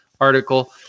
article